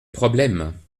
problème